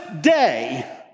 day